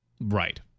Right